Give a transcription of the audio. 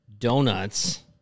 Donuts